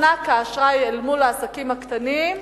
מחנק האשראי אל מול העסקים הקטנים,